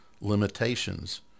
limitations